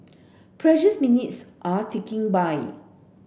precious minutes are ticking by